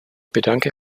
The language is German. bedanke